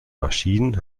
maschinen